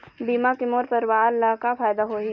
बीमा के मोर परवार ला का फायदा होही?